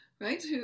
right